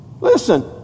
Listen